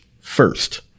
first